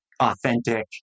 authentic